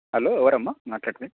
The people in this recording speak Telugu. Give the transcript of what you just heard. హలో ఎవరమ్మ మాట్లాడేది